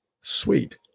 Sweet